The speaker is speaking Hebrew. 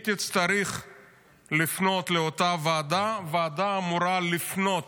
היא תצטרך לפנות לאותה ועדה, הוועדה אמורה לפנות